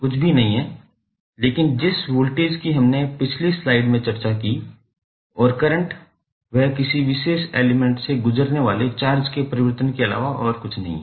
कुछ भी नहीं है लेकिन जिस वोल्टेज की हमने पिछली स्लाइड में चर्चा की और करंट वह किसी विशेष एलिमेंट से गुजरने वाले चार्ज के परिवर्तन के अलावा और कुछ नहीं है